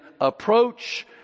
approach